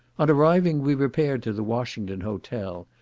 on arriving we repaired to the washington hotel,